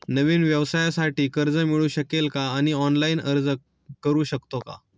नवीन व्यवसायासाठी कर्ज मिळू शकते का आणि ऑनलाइन अर्ज करू शकतो का?